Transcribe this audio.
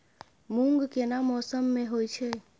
मूंग केना मौसम में होय छै?